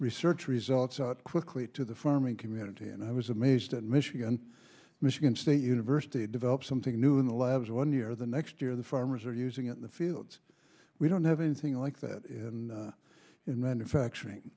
research results quickly to the farming community and i was amazed at michigan michigan state university develop something new in the labs one year the next year the farmers are using it in the fields we don't have anything like that and in manufacturing